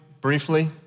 briefly